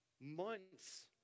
months